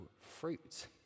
fruit